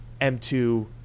m2